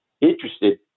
interested